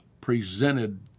presented